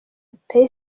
duteye